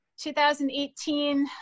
2018